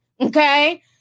okay